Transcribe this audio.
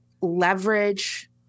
leverage